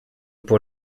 pour